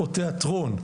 או תיאטרון,